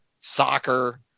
soccer